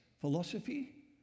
Philosophy